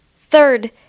Third